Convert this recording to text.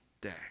day